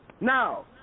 Now